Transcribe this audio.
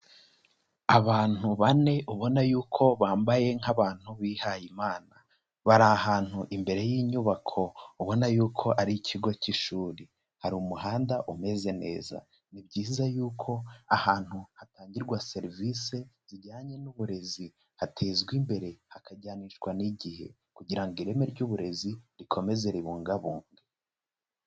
Abantu bane ubona yuko bambaye nk'abantu bihaye Imana, bari ahantu imbere y'inyubako ubona yuko ari ikigo cy'ishuri, hari umuhanda umeze neza, ni byiza yuko ahantu hatangirwa serivisi zijyanye n'uburezi hatezwa imbere hakajyanishwa n'igihe kugira ngo ireme ry'uburezi rikomeze ribungabungwe.